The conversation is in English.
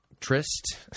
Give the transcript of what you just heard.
tryst